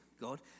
God